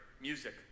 music